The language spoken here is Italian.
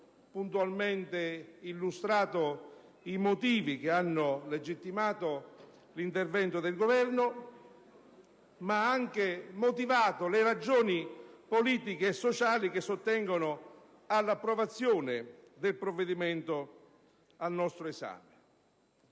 puntualmente illustrato i motivi che hanno legittimato l'intervento del Governo, ma ha anche motivato le ragioni politiche e sociali che sottendono all'approvazione del provvedimento al nostro esame.